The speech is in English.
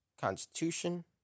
constitution